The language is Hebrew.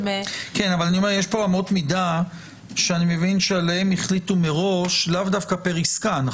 יש פה אמות מידה שאני מבין שעליהן החליטו מראש לאו דווקא פר עסקה נכון?